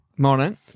Morning